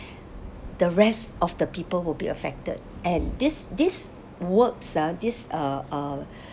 the rest of the people will be affected and this this works ah this uh uh